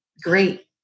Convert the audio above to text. great